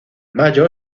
mayo